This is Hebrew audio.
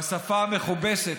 בשפה המכובסת,